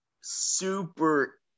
super